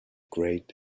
great